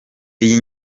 iyi